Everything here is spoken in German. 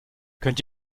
könnt